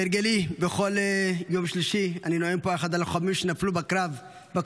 כהרגלי בכל יום שלישי אני נואם פה על אחד הלוחמים שנפלו בקרבות